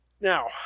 Now